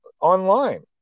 online